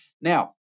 Now